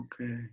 okay